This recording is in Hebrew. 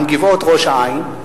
על גבעות ראש-העין,